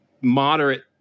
moderate